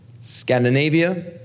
Scandinavia